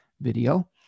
video